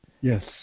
Yes